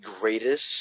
greatest